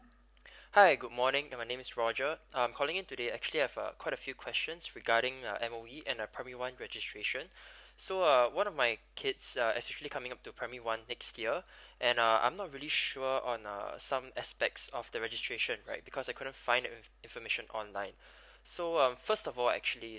hi good morning and my name is roger I'm calling in today actually I have a quite a few questions regarding uh M_O_E and the primary one registration so uh one of my kids are actually coming up to primary one next year and uh I'm not really sure on uh some aspects of the registration right because I couldn't find the info~ information online so um first of all actually